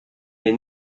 les